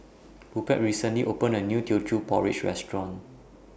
Rupert recently opened A New Teochew Porridge Restaurant